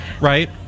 right